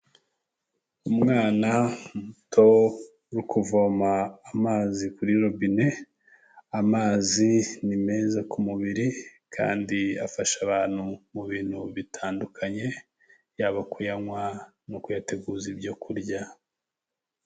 Umwana muto uri kuvoma amazi kuri robine, amazi ni meza ku mubiri kandi afasha abantu mu bintu bitandukanye, yaba kuyanywa no kuyateguza ibyo kurya.